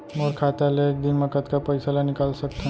मोर खाता ले एक दिन म कतका पइसा ल निकल सकथन?